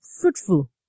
fruitful